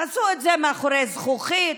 תעשו את זה מאחורי זכוכית,